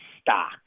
stock